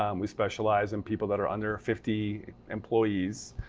um we specialize in people that are under fifty employees.